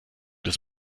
des